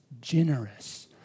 generous